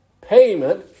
payment